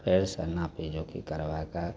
फेरसे नापी जोखी करबैके